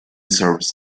serves